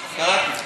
כן, קראתי.